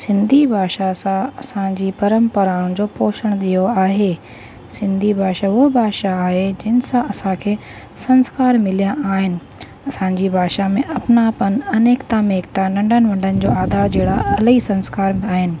सिंधी भाषा सां असांजी परंपराउनि जो पोषण थियो आहे सिंधी भाषा उहा भाषा आहे जिन सां असांखे संस्कार मिलिया आहिनि असांजी भाषा में अपनापन अनेकता में एकता नंढा नंढनि जो आधार जहिड़ा इलाही संस्कार आहिनि